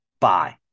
Bye